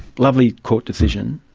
lovely court decision.